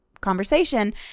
conversation